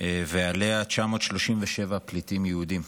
ועליה 937 פליטים יהודים.